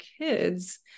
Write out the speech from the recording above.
kids